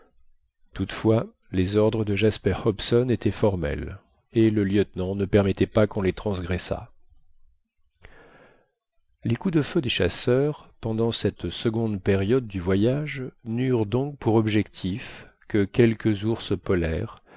toutefois les ordres de jasper hobson étaient formels et le lieutenant ne permettait pas qu'on les transgressât les coups de feu des chasseurs pendant cette seconde période du voyage n'eurent donc pour objectif que quelques ours polaires